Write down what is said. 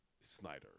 Snyder